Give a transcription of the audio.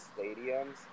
stadiums